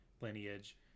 lineage